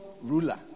ruler